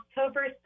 October